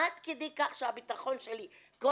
עד כדי כך הביטחון שלי גרוע.